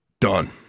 Done